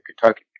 Kentucky